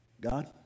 God